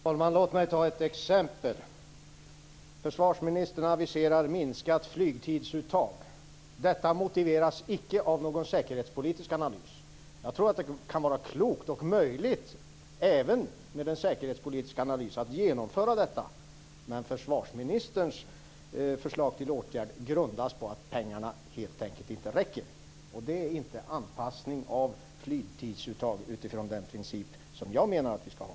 Fru talman! Låt mig ta ett exempel. Försvarsministern aviserade minskat flygtidsuttag. Detta motiveras icke av någon säkerhetspolitisk analys. Jag tror att det kan vara klokt och möjligt även med en säkerhetspolitisk analys att genomföra detta. Men försvarsministerns förslag till åtgärder grundas på att pengarna helt enkelt inte räcker. Det är inte anpassning av flygtidsuttag utifrån den princip som jag menar att vi skall ha.